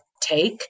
take